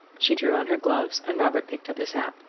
she drew on her gloves, and robert picked up his hat.